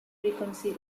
frequency